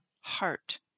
heart